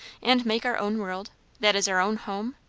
and make our own world that is our own home?